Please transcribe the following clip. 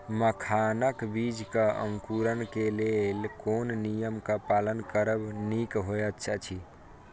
मखानक बीज़ क अंकुरन क लेल कोन नियम क पालन करब निक होयत अछि?